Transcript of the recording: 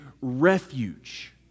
refuge